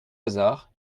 hasard